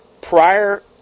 prior